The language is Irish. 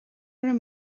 raibh